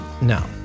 no